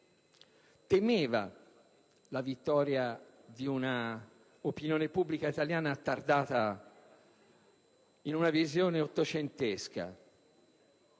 temeva la vittoria di un'opinione pubblica italiana attardata in una visione ottocentesca.